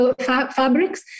fabrics